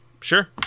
sure